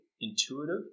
intuitive